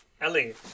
ellie